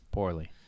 Poorly